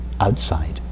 outside